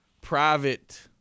private